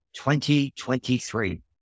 2023